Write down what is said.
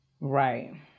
Right